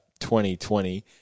2020